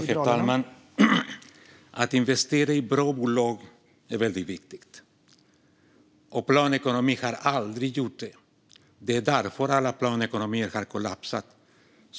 Herr talman! Att investera i bra bolag är väldigt viktigt. Planekonomi har aldrig gjort det. Det är därför alla planekonomier har kollapsat.